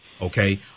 Okay